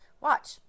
Watch